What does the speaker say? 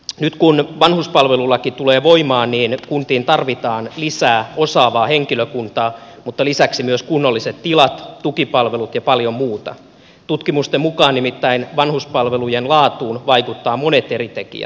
nyt kun vanhuspalvelulaki tulee voimaan kuntiin tarvitaan lisää osaavaa henkilökuntaa mutta lisäksi myös kunnolliset tilat tukipalvelut ja paljon muuta nimittäin tutkimusten mukaan vanhuspalvelujen laatuun vaikuttavat monet eri tekijät